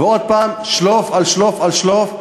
ושוב, שלוף על שלוף על שלוף.